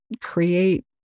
create